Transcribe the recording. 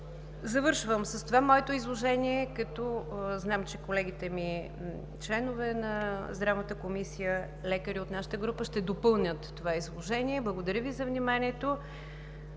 Завършвам с това моето изложение, като знам, че колегите ми – членове на Здравната комисия, лекари от нашата група, ще допълнят това изложение. Благодаря Ви за вниманието.